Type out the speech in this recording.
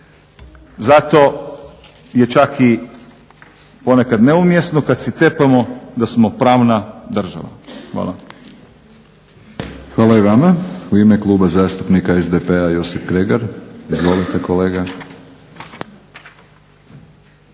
Zato je čak i ponekad neumjesno kada si tepamo da smo pravna država. Hvala. **Batinić, Milorad (HNS)** Hvala i vama. U ime Kluba zastupnika SDP-a Josip Kregar. Izvolite kolega.